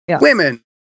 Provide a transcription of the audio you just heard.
women